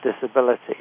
disability